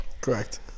Correct